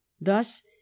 Thus